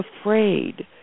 afraid